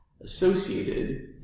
associated